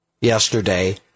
yesterday